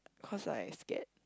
cause I scared